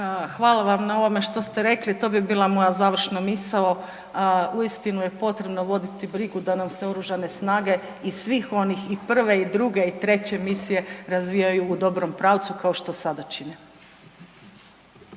Hvala vam na ovome što ste rekli, to bi bila moja završna misao, uistinu je potrebno vidjeti brigu da nam se OS i svih onih, i prve i druge i treće misije, razvijaju u dobrom pravcu kao što sada čine.